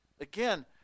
Again